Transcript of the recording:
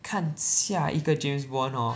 看下一个 James Bond hor